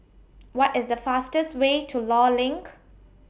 What IS The fastest Way to law LINK